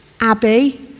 Abby